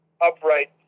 upright